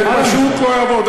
זה פשוט לא יעבוד.